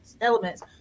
elements